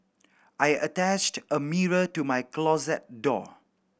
I attached a mirror to my closet door